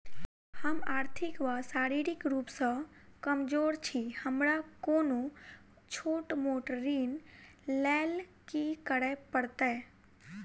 हम आर्थिक व शारीरिक रूप सँ कमजोर छी हमरा कोनों छोट मोट ऋण लैल की करै पड़तै?